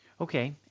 Okay